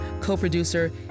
co-producer